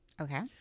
Okay